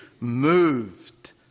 moved